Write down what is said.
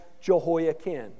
Jehoiakim